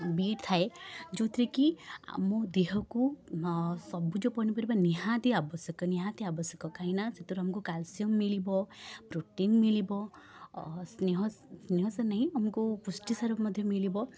beet ଥାଏ ଯେଉଁଥିରେକି ଆମ ଦେହକୁ ନ ସବୁଜ ପନିପରିବା ନିହାତି ଆବଶ୍ୟକ ନିହାତି ଆବଶ୍ୟକ କାହିଁକିନା ସେଥିରୁ ଆମକୁ କ୍ୟାଲସିୟମ ମିଳିବ ପ୍ରୋଟିନ୍ ମିଳିବ ଓ ସ୍ନେହସାର ନାହିଁ ଆମକୁ ପୁଷ୍ଟିସାର ମଧ୍ୟ ମିଳିବ